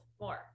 more